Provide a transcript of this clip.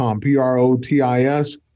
p-r-o-t-i-s